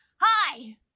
Hi